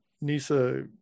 Nisa